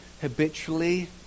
habitually